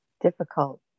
difficult